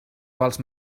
vols